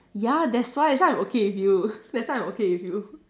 ya that's why that's why I'm okay with you that's why I'm okay with you